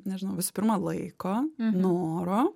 nežinau visų pirma laiko noro